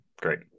Great